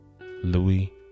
louis